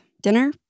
Dinner